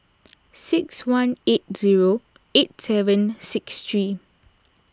six one eight zero eight seven six three